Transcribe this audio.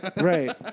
Right